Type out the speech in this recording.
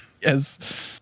Yes